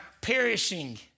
perishing